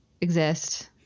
exist